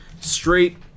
Straight